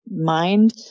mind